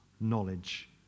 knowledge